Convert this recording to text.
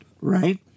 right